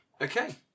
Okay